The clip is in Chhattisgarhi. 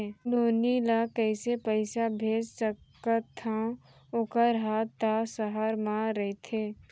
नोनी ल कइसे पइसा भेज सकथव वोकर हा त सहर म रइथे?